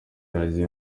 wagiye